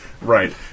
Right